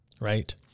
right